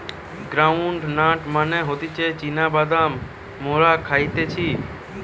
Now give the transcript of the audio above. ground nut মানে হতিছে চীনা বাদাম মোরা খাইতেছি